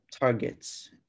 targets